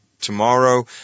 tomorrow